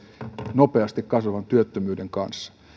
nopeasti kasvavan työttömyyden kanssa